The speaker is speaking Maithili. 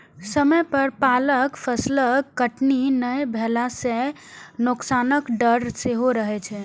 समय पर पाकल फसलक कटनी नहि भेला सं नोकसानक डर सेहो रहै छै